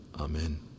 Amen